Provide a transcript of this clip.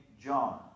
John